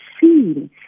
seen